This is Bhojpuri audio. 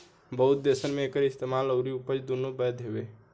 बहुत देसन मे एकर इस्तेमाल अउरी उपज दुनो बैध बावे